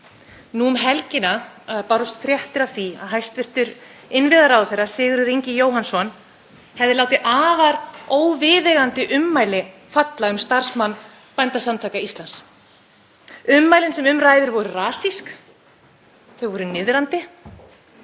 Nú um helgina bárust fréttir af því hæstv. innviðaráðherra, Sigurður Ingi Jóhannsson, hefði látið afar óviðeigandi ummæli falla um starfsmann Bændasamtaka Íslands. Ummælin sem um ræðir voru rasísk, þau voru niðrandi